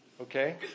Okay